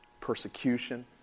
persecution